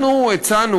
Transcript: אנחנו הצענו,